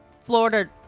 florida